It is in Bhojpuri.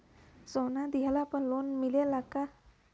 सोना दिहला पर लोन मिलेला का?